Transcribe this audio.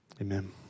Amen